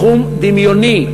סכום דמיוני,